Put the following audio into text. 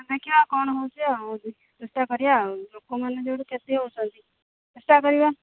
ଦେଖିବା କଣ ହେଉଛି ଆଉ ଚେଷ୍ଟାକରିବା ଆଉ ଲୋକମାନେ ଯୋଉଠୁ କେତେ ହେଉଛନ୍ତି ଚେଷ୍ଟାକରିବା